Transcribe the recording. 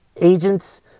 agents